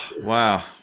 wow